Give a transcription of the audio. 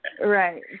right